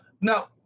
now